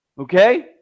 Okay